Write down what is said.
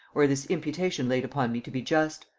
or this imputation laid upon me to be just.